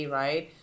right